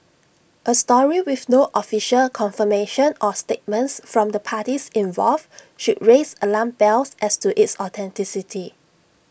A story with no official confirmation or statements from the parties involved should raise alarm bells as to its authenticity